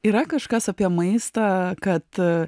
yra kažkas apie maistą kad